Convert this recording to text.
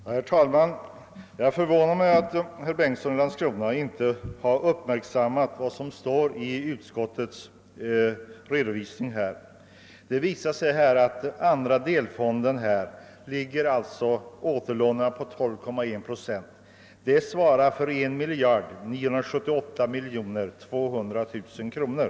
Herr talman! Det förvånar mig att herr Bengtsson i Landskrona inte har uppmärksammat vad som står i utskottets redovisning. För den andra delfonden ligger återlån på 12,1 procent, d.v.s. 1978 200 000 kronor.